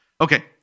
okay